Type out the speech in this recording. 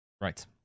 Right